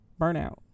burnout